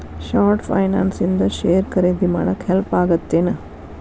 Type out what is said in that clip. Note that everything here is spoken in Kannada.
ಶಾರ್ಟ್ ಫೈನಾನ್ಸ್ ಇಂದ ಷೇರ್ ಖರೇದಿ ಮಾಡಾಕ ಹೆಲ್ಪ್ ಆಗತ್ತೇನ್